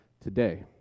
today